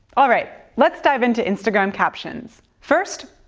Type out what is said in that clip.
alright, let's dive into instagram captions. first,